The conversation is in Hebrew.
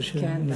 כן, בהחלט.